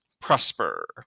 prosper